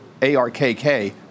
ARKK